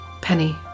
penny